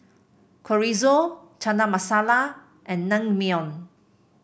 Chorizo Chana Masala and Naengmyeon